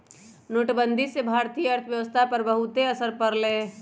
नोटबंदी से भारतीय अर्थव्यवस्था पर बहुत असर पड़ लय